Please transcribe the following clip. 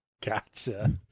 gotcha